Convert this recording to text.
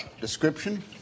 description